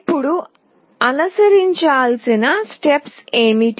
ఇప్పుడు అనుసరించాల్సిన స్టెప్స్ ఏమిటి